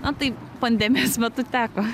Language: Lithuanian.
na tai pandemijos metu teko